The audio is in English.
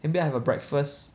maybe I have a breakfast